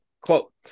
quote